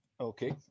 Okay